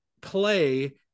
play